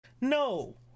no